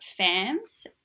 FAMS